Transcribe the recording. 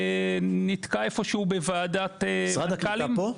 נתקע איפשהו בוועדת מנכ"לים --- משרד הקליטה פה?